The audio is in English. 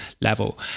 level